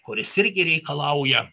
kuris irgi reikalauja